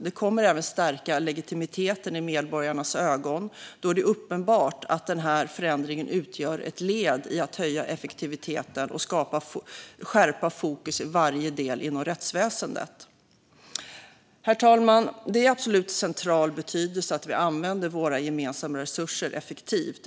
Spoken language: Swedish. Det kommer även att stärka legitimiteten i medborgarnas ögon, då det är uppenbart att den här förändringen utgör ett led i att höja effektiviteten och skärpa fokus i varje del inom rättsväsendet. Herr talman! Det är av absolut central betydelse att vi använder våra gemensamma resurser effektivt.